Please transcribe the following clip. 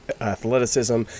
athleticism